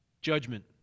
judgment